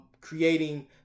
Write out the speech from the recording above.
creating